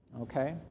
Okay